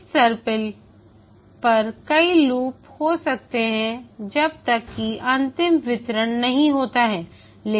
इस सर्पिल पर कई लूप हो सकते हैं जब तक कि अंतिम वितरण नहीं होता है